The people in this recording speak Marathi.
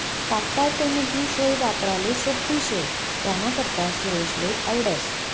तात्काय पेमेंटनी सोय वापराले सोप्पी शे त्यानाकरता सुरेशले आवडस